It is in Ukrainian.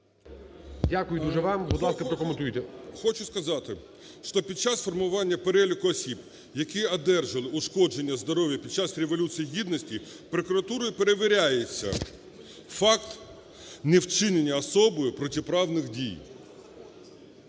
Дякую дуже вам. Будь ласка, прокоментуйте. 12:48:15 ТРЕТЬЯКОВ О.Ю. Хочу сказати, що під час формування переліку осіб, які одержали ушкодження здоров'я під час Революції Гідності, прокуратурою перевіряється факт невчинення особою протиправних дій,